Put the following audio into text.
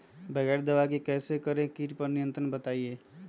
बगैर दवा के कैसे करें कीट पर नियंत्रण बताइए?